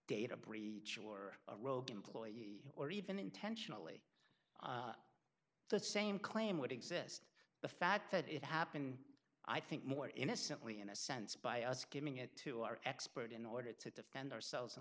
data breach or a rogue employee or even intentionally the same claim would exist the fact that it happened i think more innocently in a sense by us giving it to our expert in order to defend ourselves